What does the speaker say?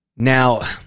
Now